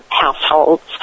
households